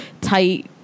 tight